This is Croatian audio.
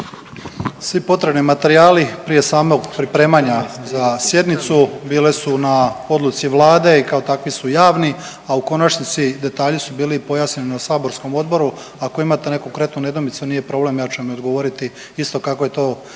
Svi potrebni materijali prije samog pripremanja za sjednicu bile su na odluci Vlade i kao takvi su javni, a u konačnici, detalji su bili pojašnjeni na saborskom odboru, ako imate neku konkretnu nedoumicu, nije problem, ja ću vam odgovoriti isto kako je to